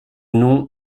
nom